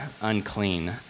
unclean